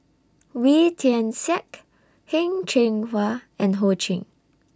Wee Tian Siak Heng Cheng Hwa and Ho Ching